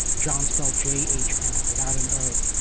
john spelled g. h and without an o.